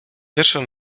pierwszą